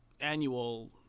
annual